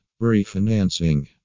Refinancing